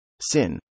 sin